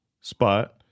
spot